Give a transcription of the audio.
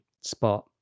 spot